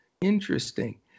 Interesting